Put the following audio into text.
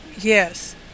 Yes